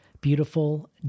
beautiful